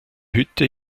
hütte